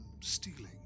stealing